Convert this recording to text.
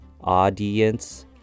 audience